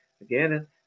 again